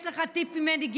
יש לך טיפ ממני,